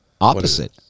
Opposite